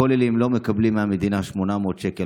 הכוללים לא מקבלים מהמדינה 800 שקל,